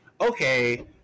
okay